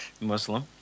Muslim